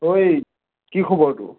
ঐ কি খবৰ তোৰ